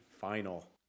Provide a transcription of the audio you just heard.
final